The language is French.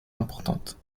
importantes